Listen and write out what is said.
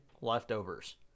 leftovers